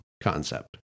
concept